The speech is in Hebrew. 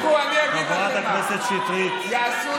לא, תעשה את זה בעצמך, תבוא